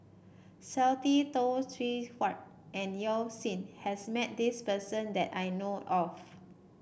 Stanley Toft Stewart and Yao Zi has met this person that I know of